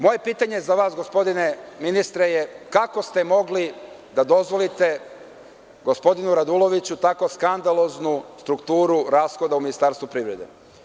Moje pitanje za vas, gospodine ministre, je kako ste mogli da dozvolite gospodinu Raduloviću tako skandaloznu strukturu rashoda u Ministarstvu privrede?